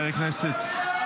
טוב, חבר הכנסת אלקין.